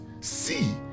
see